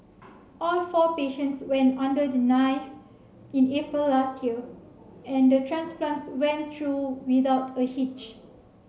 all four patients went under the knife in April last year and the transplants went through without a hitch